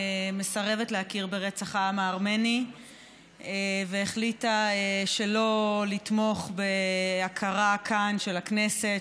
מסרבת להכיר ברצח העם הארמני והחליטה שלא לתמוך בהכרה של הכנסת,